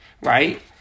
right